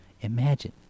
Imagine